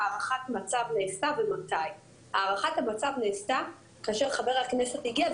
הערכת המצב נעשתה כאשר חבר הכנסת הגיע,